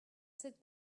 sit